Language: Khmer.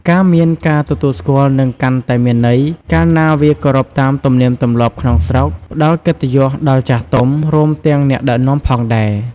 ការមានការទទួលស្គាល់នឹងកាន់តែមានន័យ កាលណាវាគោរពតាមទំនៀមទម្លាប់ក្នុងស្រុក ផ្ដល់កិត្តិយសដល់ចាស់ទុំ រួមទាំងអ្នកដឹកនាំផងដែរ។